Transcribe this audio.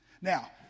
Now